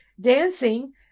dancing